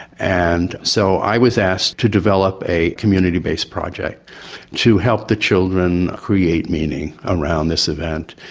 and so i was asked to develop a community based project to help the children create meaning around this event.